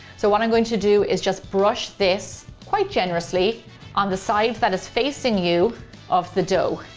so what i'm going to do is just brush this quite generously on the side that is facing you of the dough.